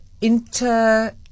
inter